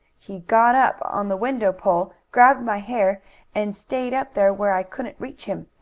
he got up on the window pole, grabbed my hair and stayed up there where i couldn't reach him.